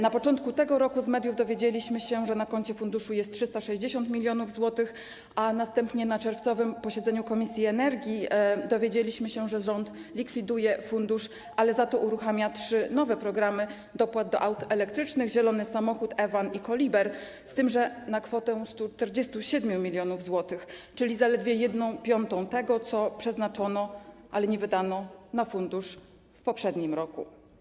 Na początku tego roku z mediów dowiedzieliśmy się, że na koncie funduszu jest 360 mln zł, a następnie na czerwcowym posiedzeniu komisji energii dowiedzieliśmy się, że rząd likwiduje fundusz, ale za to uruchamia trzy nowe programy dopłat do aut elektrycznych: „Zielony samochód”, „eVan” i „Koliber”, z tym że na kwotę 147 mln zł, czyli zaledwie 1/5 tego, co przeznaczono, ale nie wydano, na fundusz w poprzednim roku.